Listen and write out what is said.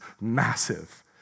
massive